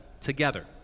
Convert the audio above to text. together